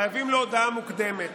חייבים לו הודעה מוקדמת,